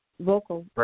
vocal